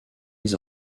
mis